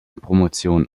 promotion